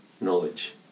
knowledge